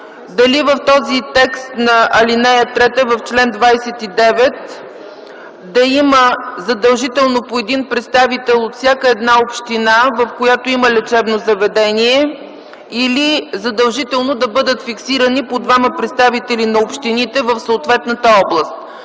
дали в този текст на ал. 3 в чл. 29 да има задължително по един представител от всяка една община, в която има лечебно заведение, или задължително да бъдат фиксирани по двама представители на общините в съответната област.